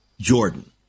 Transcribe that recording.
Jordan